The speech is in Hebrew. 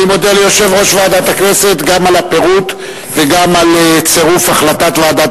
אני מודה ליושב-ראש ועדת הכנסת גם על הפירוט וגם על צירוף החלטת ועדת